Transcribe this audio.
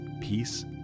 peace